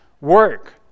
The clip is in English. work